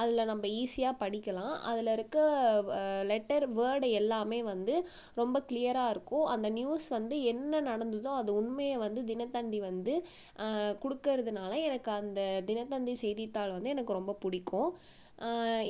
அதில் நம்ம ஈஸியாக படிக்கலாம் அதுலருக்க வ லெட்டர் வேர்டு எல்லாமே வந்து ரொம்ப க்ளியராருக்கும் அந்த நியூஸ் வந்து என்ன நடந்துதோ அது உண்மையை வந்து தினத்தந்தி வந்து கொடுக்கறதுனால எனக்கு அந்த தினத்தந்தி செய்தித்தாள் வந்து எனக்கு ரொம்ப பிடிக்கும்